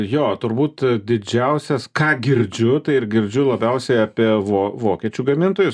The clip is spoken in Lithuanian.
jo turbūt didžiausias ką girdžiu tai ir girdžiu labiausiai apie vokiečių gamintojus